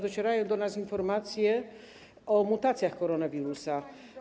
Docierają do nas informacje o mutacjach koronawirusa.